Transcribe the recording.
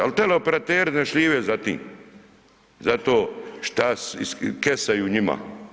Ali tereoperateri ne šljive za tim, zato šta kesaju njima.